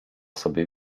sobie